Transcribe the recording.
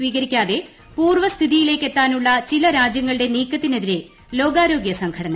സ്വീകരിക്കാതെ പൂർവ്വസ്ഥിതിയിലേക്ക് എത്താനുള്ള ചില രാജ്യങ്ങളുടെ നീക്കത്തിനെതിരെ ലോകാരോഗ്യ സംഘടന